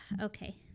Okay